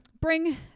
bring